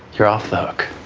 you're off the